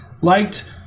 liked